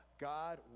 God